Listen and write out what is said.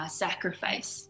sacrifice